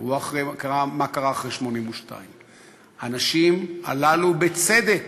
תראו מה קרה אחרי 1982. האנשים הללו, בצדק,